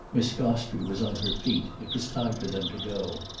miss gostrey was on her feet it was time for them to go.